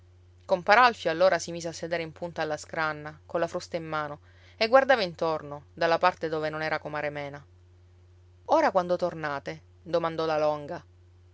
compar alfio allora si mise a sedere in punta alla scranna colla frusta in mano e guardava intorno dalla parte dove non era comare mena ora quando tornate domandò la longa